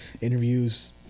interviews